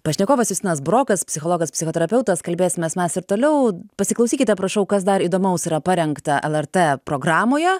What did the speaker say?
pašnekovas justinas burokas psichologas psichoterapeutas kalbėsimės mes ir toliau pasiklausykite prašau kas dar įdomaus yra parengta lrt programoje